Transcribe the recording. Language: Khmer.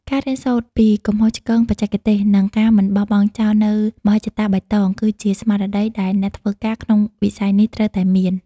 ការរៀនសូត្រពីកំហុសឆ្គងបច្ចេកទេស និងការមិនបោះបង់ចោលនូវមហិច្ឆតាបៃតង គឺជាស្មារតីដែលអ្នកធ្វើការក្នុងវិស័យនេះត្រូវតែមាន។